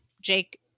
jake